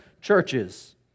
churches